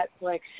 Netflix